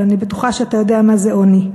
אבל אני בטוחה שאתה יודע מה זה עוני,